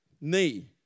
knee